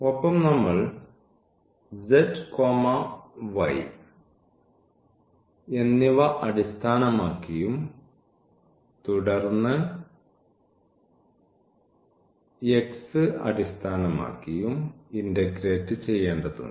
ഒപ്പം നമ്മൾ എന്നിവ അടിസ്ഥാനമാക്കിയും തുടർന്ന് അടിസ്ഥാനമാക്കിയും ഇന്റഗ്രേറ്റ് ചെയ്യേണ്ടതുണ്ട്